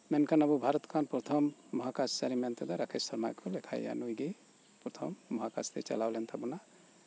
ᱢᱮᱱᱠᱷᱟᱱ ᱟᱵᱚ ᱵᱷᱟᱨᱚᱛ ᱠᱷᱚᱱ ᱯᱚᱨᱛᱷᱚᱢ ᱢᱚᱦᱟᱠᱟᱥ ᱪᱟᱨᱤ ᱢᱮᱱᱛᱮ ᱫᱚ ᱨᱟᱠᱮᱥ ᱥᱚᱨᱢᱟ ᱜᱮᱠᱚ ᱞᱮᱠᱷᱟᱭ ᱭᱟ ᱱᱩᱭ ᱜᱮ ᱯᱚᱨᱛᱷᱚᱢ ᱢᱚᱦᱟᱠᱟᱥ ᱛᱮ ᱪᱟᱞᱟᱣ ᱞᱮᱱ ᱛᱟᱵᱚᱱᱟ